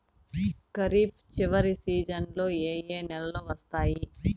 ఖరీఫ్ చివరి సీజన్లలో ఏ ఏ నెలలు వస్తాయి